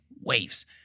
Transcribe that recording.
waves